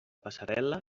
passarel·la